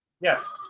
Yes